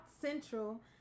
Central